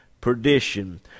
perdition